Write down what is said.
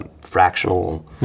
fractional